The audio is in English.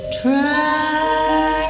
try